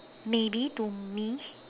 maybe to me